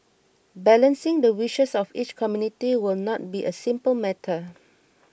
balancing the wishes of each community will not be a simple matter